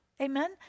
Amen